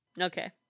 Okay